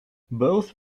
both